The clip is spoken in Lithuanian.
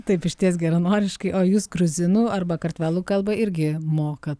taip išties geranoriškai o jūs gruzinų arba kartvelų kalbą irgi mokat